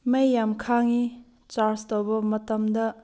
ꯃꯩ ꯌꯥꯝ ꯈꯥꯡꯏ ꯆꯥꯔꯖ ꯇꯧꯕ ꯃꯇꯝꯗ